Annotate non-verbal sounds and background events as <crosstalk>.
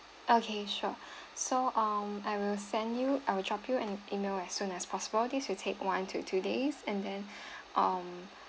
okay sure so um I will send you I will drop you an email as soon as possible this will take one to two days and then <breath> um